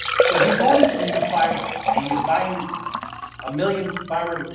so if you're going to into fiber, and you're buying a million fiber,